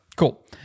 Cool